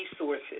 resources